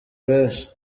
benshi